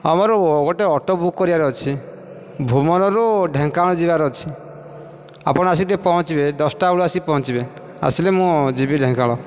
ହଁ ମୋ'ର ଗୋଟେ ଅଟୋ ବୁକ କରିବାର ଅଛି ଭୁବନରୁ ଢେଙ୍କାନାଳ ଯିବାର ଅଛି ଆପଣ ଆସିକି ଟିକେ ପହଞ୍ଚିବେ ଦଶଟା ବେଳକୁ ଆସି ପହଞ୍ଚିବେ ଆସିଲେ ମୁଁ ଯିବି ଢେଙ୍କାନାଳ